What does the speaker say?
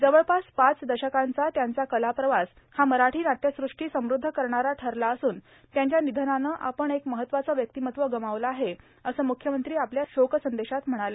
जवळपास पाच दशकांचा त्यांचा कलाप्रवास हा मराठी नाट्यसृष्टी समुद्ध करणारा ठरला असून त्यांच्या निधनाने आपण एक महत्त्वाचे व्यक्तिमत्व गमावले आहे असं ते आपल्या शोकसंदेशात म्हणाले